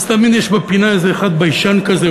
ואז תמיד יש בפינה איזה אחד ביישן כזה,